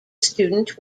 student